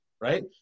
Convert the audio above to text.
right